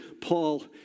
Paul